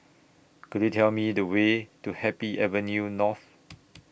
Could YOU Tell Me The Way to Happy Avenue North